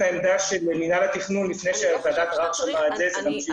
העמדה של מינהל התכנון לפני שוועדת הערר שמעה את הדברים.